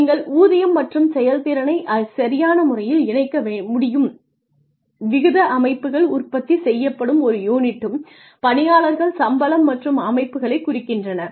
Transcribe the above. நீங்கள் ஊதியம் மற்றும் செயல்திறனைச் சரியான முறையில் இணைக்க முடியும் விகித அமைப்புகள் உற்பத்தி செய்யப்படும் ஒரு யூனிட்டும் பணியாளர்கள் சம்பளம் பெறும் அமைப்புகளைக் குறிக்கின்றன